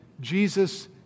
Jesus